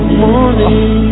morning